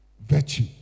Virtue